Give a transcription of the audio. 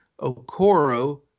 Okoro